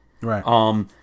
Right